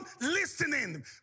listening